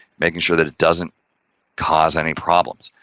making sure that it doesn't cause any problems.